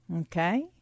Okay